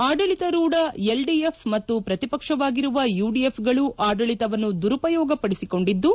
ಆಡಳಿತರೂಢ LDF ಮತ್ತು ಶ್ರತಿಪಕ್ಷವಾಗಿರುವ ಯುಡಿಎಫ್ಗಳು ಆಡಳಿತವನ್ನು ದುರುಪಯೋಗಪಡಿಸಿ ಕೊಂಡಿದ್ದು